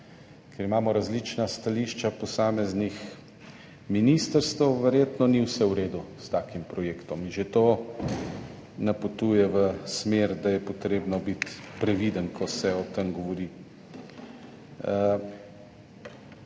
kjer imamo različna stališča posameznih ministrstev, verjetno ni vse v redu s takim projektom, že to napotuje v smer, da je treba biti previden, ko se govori